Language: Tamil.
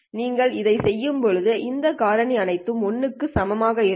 நீங்கள் அதைச் செய்யும்போது இந்த காரணி அனைத்தும் 1 க்கு சமமாக இருக்கும்